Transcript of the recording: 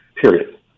period